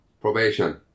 Probation